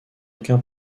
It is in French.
aucun